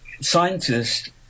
scientists